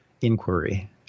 inquiry